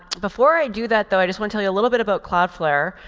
before i do that, though, i just want tell you a little bit about cloudflare,